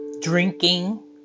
drinking